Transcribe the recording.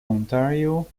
ontario